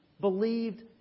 believed